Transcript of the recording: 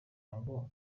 ngo